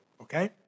okay